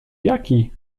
jaki